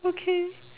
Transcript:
okay